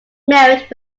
married